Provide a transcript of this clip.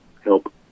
help